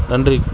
நன்றி